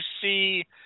see